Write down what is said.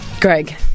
Greg